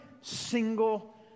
single